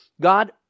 God